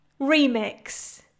remix